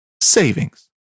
savings